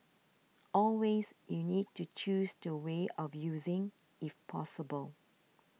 always you need to choose the way of using if possible